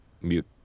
Mute